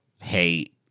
hate